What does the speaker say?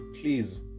Please